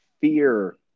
fear